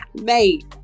Mate